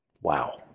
Wow